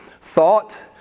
thought